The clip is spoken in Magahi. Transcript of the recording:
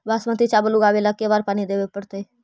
बासमती चावल उगावेला के बार पानी देवे पड़तै?